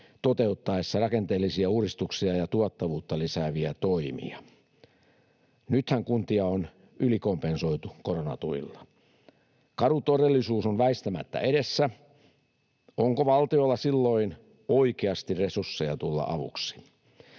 toteuttaessa rakenteellisia uudistuksia ja tuottavuutta lisääviä toimia. Nythän kuntia on ylikompensoitu koronatuilla. Karu todellisuus on väistämättä edessä. Onko valtiolla silloin oikeasti resursseja tulla avuksi?